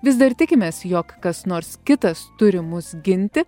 vis dar tikimės jog kas nors kitas turi mus ginti